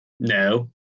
No